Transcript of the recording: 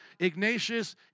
Ignatius